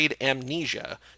amnesia